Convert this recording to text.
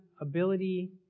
ability